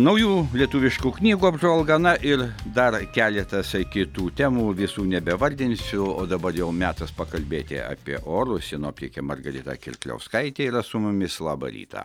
naujų lietuviškų knygų apžvalga na ir dar keletas kitų temų visų nebevardinsiu o dabar jau metas pakalbėti apie orus sinoptikė margarita kirkliauskaitė yra su mumis labą rytą